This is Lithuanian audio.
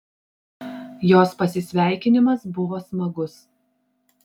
jos pasisveikinimas buvo smagus